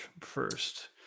first